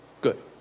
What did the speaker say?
Good